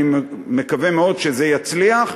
אני מקווה מאוד שזה יצליח.